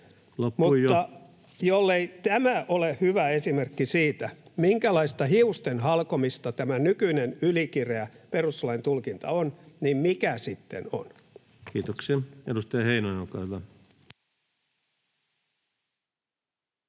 mutta jollei tämä ole hyvä esimerkki siitä, minkälaista hiusten halkomista tämä nykyinen ylikireä perustuslain tulkinta on, niin mikä sitten on? [Aki Lindén: Hyvä